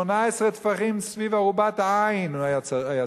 ל-18 תפרים סביב ארובת העין הוא היה זקוק.